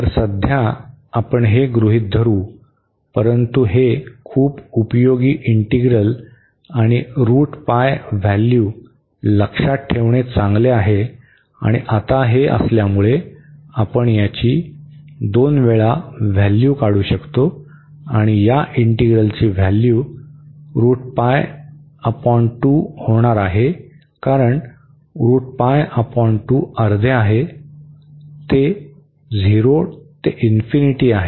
तर सध्या आपण हे गृहित धरू परंतु हे खूप उपयोगी इंटीग्रल आणि व्हॅल्यू लक्षात ठेवणे चांगले आहे आणि आता हे असल्यामुळे आपण याची 2 वेळा व्हॅल्यू काढू शकतो आणि या इंटींग्रलची व्हॅल्यू होणार आहे कारण अर्धे आहे ते 0 ते आहे